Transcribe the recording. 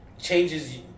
changes